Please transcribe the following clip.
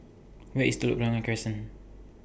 Where IS Telok Blangah Crescent